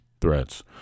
threats